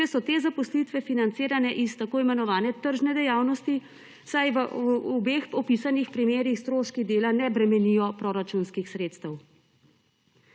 če so te zaposlitve financirane iz tako imenovane tržne dejavnosti, saj v obeh opisanih primerih stroški dela ne bremenijo proračunskih sredstev.